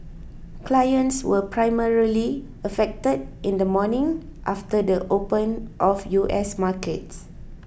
clients were primarily affected in the morning after the the open of U S markets